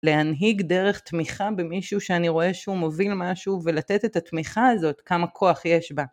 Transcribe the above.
להנהיג דרך תמיכה במישהו שאני רואה שהוא מוביל משהו ולתת את התמיכה הזאת כמה כוח יש בה.